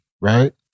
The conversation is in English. right